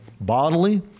bodily